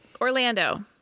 Orlando